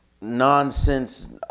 nonsense